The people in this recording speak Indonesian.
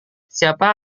siapa